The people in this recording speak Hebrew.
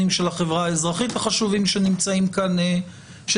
הטיעונים של החברה האזרחית שנמצאים אתנו.